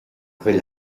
bhfuil